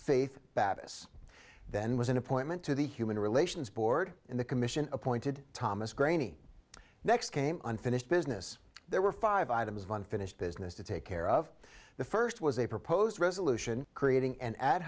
faith battus then was an appointment to the human relations board in the commission appointed thomas graining next came unfinished business there were five items of unfinished business to take care of the first was a proposed resolution creating an ad